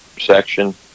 section